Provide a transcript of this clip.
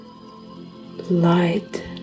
light